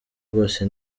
rwose